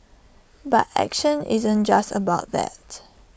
but action isn't just about that